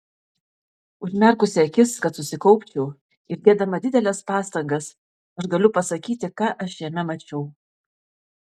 užmerkusi akis kad susikaupčiau ir dėdama dideles pastangas aš galiu pasakyti ką aš jame mačiau